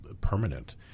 permanent